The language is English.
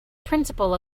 principal